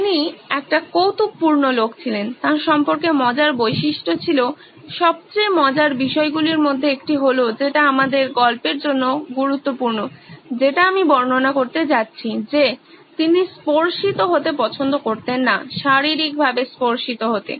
তিনি একটি কৌতুক পূর্ণ লোক ছিলেন তাঁর সম্পর্কে মজার বৈশিষ্ট্য ছিল সবচেয়ে মজার বিষয় গুলির মধ্যে একটি হল যেটা আমাদের গল্পের জন্য গুরুত্বপূর্ণ যেটা আমি বর্ণনা করতে যাচ্ছি যে তিনি স্পর্শিত হতে পছন্দ করতেন না শারীরিকভাবে স্পর্শিত হতে